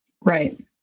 Right